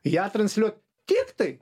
ją transliuot tik taip